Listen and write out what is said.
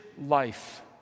life